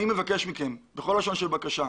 אני מבקש מכם בכל לשון של בקשה,